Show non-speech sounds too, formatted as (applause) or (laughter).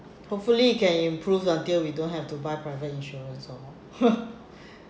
hopefully it can improve until we don't have to buy private insurance lor (noise)